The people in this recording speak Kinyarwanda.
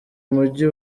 mujyi